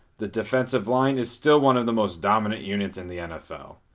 the defensive line is still one of the most dominant units in the nfl.